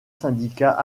syndicat